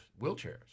wheelchairs